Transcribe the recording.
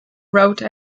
wrote